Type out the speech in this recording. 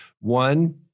One